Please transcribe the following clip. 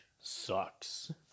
sucks